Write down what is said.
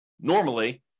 normally